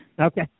Okay